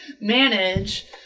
manage